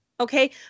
Okay